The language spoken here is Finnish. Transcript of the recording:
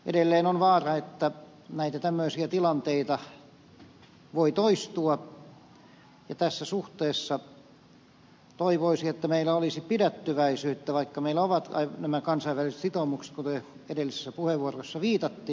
edelleen on vaara että nämä tämmöiset tilanteet voivat toistua ja tässä suhteessa toivoisi että meillä olisi pidättyväisyyttä vaikka meillä on nämä kansainväliset sitoumukset joihin edellisessä puheenvuorossa viitattiin